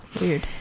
Weird